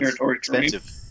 expensive